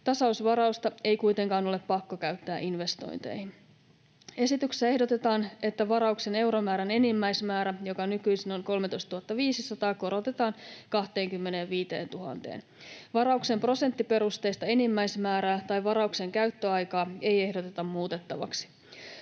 Tasausvarausta ei kuitenkaan ole pakko käyttää investointeihin. Esityksessä ehdotetaan, että varauksen euromäärän enimmäismäärä, joka nykyisin on 13 500 euroa, korotetaan 25 000:een. Varauksen prosenttiperusteista enimmäismäärää tai varauksen käyttöaikaa ei ehdoteta muutettavaksi.